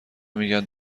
میگن